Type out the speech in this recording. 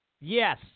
yes